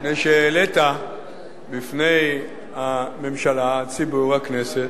מפני שהעלית בפני הממשלה, הציבור, הכנסת,